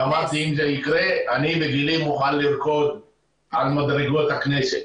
ואמרתי שאם זה יקרה אני בגילי מוכן לרקוד על מדרגות הכנסת,